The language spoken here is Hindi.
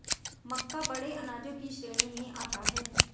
मक्का बड़े अनाजों की श्रेणी में आता है